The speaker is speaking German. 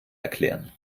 erklären